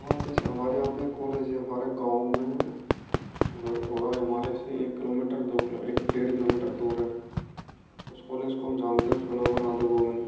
हमारे यहाँ पर एक कॉलेज है हमारे गाँव में अगर थोड़ा हमारे से एक किलोमीटर दो किलो एक डेढ़ किलोमीटर दूर है उस कॉलेज को हम जानते हैं उसका नाम है राधा गोविंद